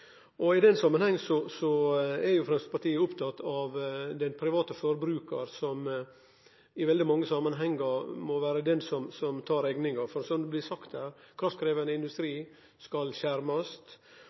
endå. I den samanhengen er Framstegspartiet opptatt av den private forbrukaren, som i veldig mange samanhengar må ta rekninga, for, som det blir sagt her: Kraftkrevjande industri